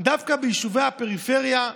דווקא ביישובי הפריפריה,